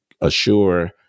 assure